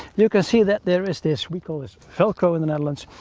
you can see that there is this, we call this velcro in the netherlands.